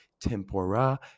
tempora